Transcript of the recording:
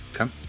Okay